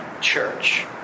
church